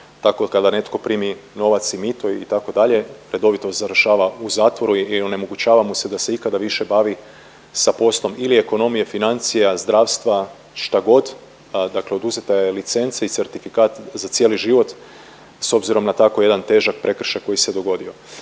tako kada netko primi novac i mito, itd., redovito završava u zatvoru i onemogućava mu se da se ikada više bavi sa poslom ili ekonomije, financije, zdravstva, šta god, dakle oduzeta je licenca i certifikat za cijeli život s obzirom na tako jedan težak prekršaj koji se dogodio.